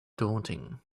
daunting